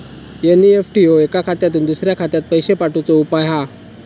NEFT ह्यो एका खात्यातुन दुसऱ्या खात्यात पैशे पाठवुचो उपाय हा